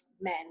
men